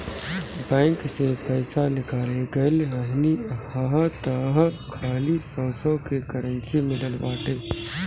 bank से पईसा निकाले गईल रहनी हअ तअ खाली सौ सौ के करेंसी मिलल बाटे